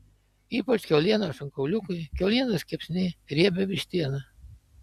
ypač kiaulienos šonkauliukai kiaulienos kepsniai riebi vištiena